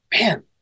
man